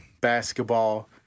basketball